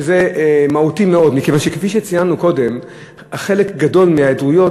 וזה מהותי מאוד מכיוון שחלק גדול מההיעדרויות,